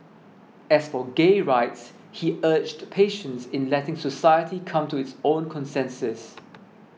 as for gay rights he urged patience in letting society come to its own consensus